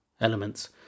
elements